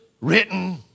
written